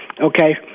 okay